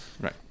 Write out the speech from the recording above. Right